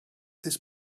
this